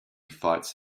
fights